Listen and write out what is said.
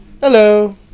Hello